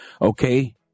okay